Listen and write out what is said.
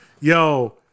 Yo